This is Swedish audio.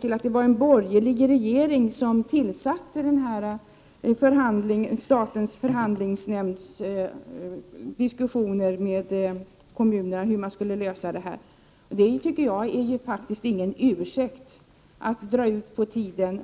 till att det var en borgerlig regering som tillsatte statens förhandlingsnämnd och påbörjade diskussionerna med kommunerna om en lösning av detta problem. Det tycker jag faktiskt inte är någon ursäkt för att det drar ut på tiden.